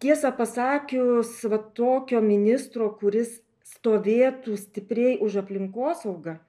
tiesą pasakius va tokio ministro kuris stovėtų stipriai už aplinkosaugą